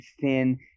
thin